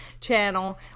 channel